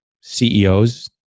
CEOs